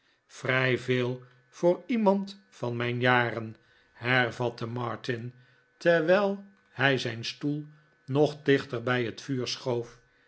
vrij veel voor iemand van mijn jaren hervatte martin terwijl hij zijn stoel nog dichter bij het vuur schoof